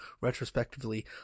retrospectively